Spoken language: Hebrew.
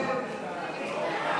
משרד החוץ,